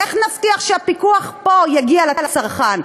איך נבטיח שהפיקוח פה יגיע לצרכן?